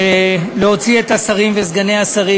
להוציא את השרים וסגני השרים,